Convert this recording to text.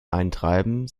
eintreiben